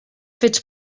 fets